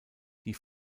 die